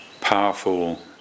powerful